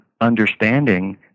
understanding